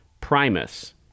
Primus